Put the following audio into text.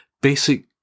basic